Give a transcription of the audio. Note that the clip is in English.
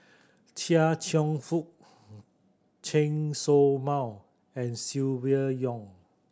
Chia Cheong Fook Chen Show Mao and Silvia Yong